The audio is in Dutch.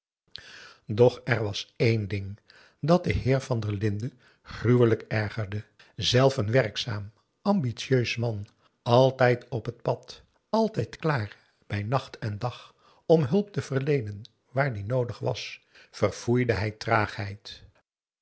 doch er was één ding dat den heer van der linden gruwelijk ergerde zelf een werkzaam ambitieus man altijd op het pad altijd klaar bij nacht en dag om hulp te verleenen waar die noodig was verfoeide hij traagheid